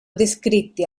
descritti